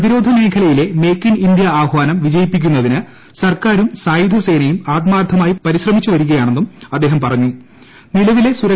പ്രതിരോധ മേഖലയിലെ make in India ആഹ്വാനം വിജയിപ്പിക്കുന്നതിന് സർക്കാരും സായുധി സേനയും ആത്മാർത്ഥമായി പരിശ്രമിച്ചു വരികയാണെന്നും അദ്ദേഹം നിലവിലെ പറഞ്ഞു